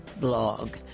blog